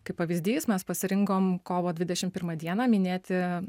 kaip pavyzdys mes pasirinkom kovo dvidešim pirmą dieną minėti